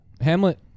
Hamlet